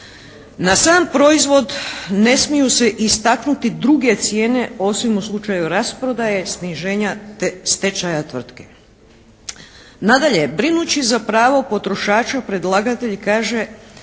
Na sam proizvod ne smiju se istaknuti druge cijene osim u slučaju rasprodaje, sniženja te stečaja tvrtke. Nadalje, brinući za pravo potrošača predlagatelj kaže